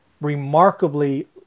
remarkably